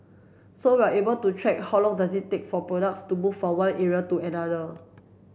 so we're able to track how long does it take for products to move from one area to another